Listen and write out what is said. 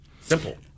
Simple